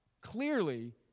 clearly